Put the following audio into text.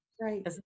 Right